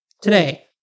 today